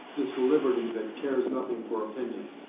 this liberty that cares nothing for opinion?